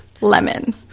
lemon